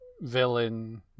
villain